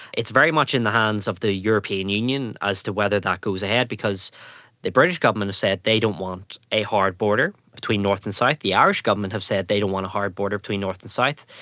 it's very much in the hands of the european union as to whether that goes ahead, because the british government have said they don't want a hard border between north and south. the irish government have said they don't want a hard border between north and south.